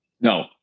No